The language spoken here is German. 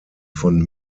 von